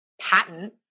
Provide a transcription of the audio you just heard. patent